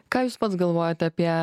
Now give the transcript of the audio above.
ką jūs pats galvojat apie